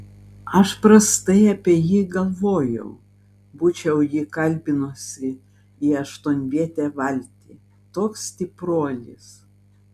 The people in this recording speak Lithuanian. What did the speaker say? aš prastai apie jį galvojau būčiau jį kalbinusi į aštuonvietę valtį toks stipruolis